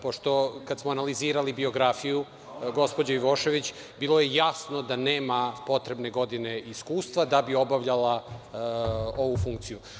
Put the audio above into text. Pošto, kada smo analizirali biografiju gospođe Ivošević bilo je jasno da nema potrebne godine iskustva da bi obavljala ovu funkciju.